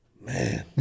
Man